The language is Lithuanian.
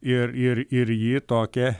ir ir ir ji tokia